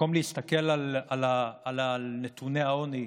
במקום להסתכל על נתוני העוני,